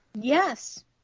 Yes